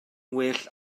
well